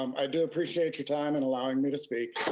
um i do appreciate your time in allowing me to speak,